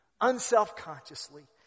unselfconsciously